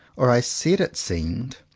or i said it seemed,